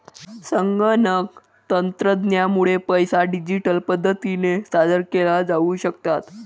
संगणक तंत्रज्ञानामुळे पैसे डिजिटल पद्धतीने सादर केले जाऊ शकतात